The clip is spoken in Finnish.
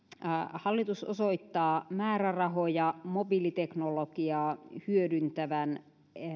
hallitus osoittaa määrärahoja mobiiliteknologiaa hyödyntävän